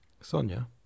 Sonia